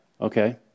Okay